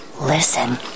listen